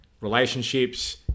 relationships